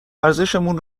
ارزشمون